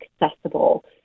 accessible